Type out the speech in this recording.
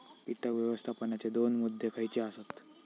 कीटक व्यवस्थापनाचे दोन मुद्दे खयचे आसत?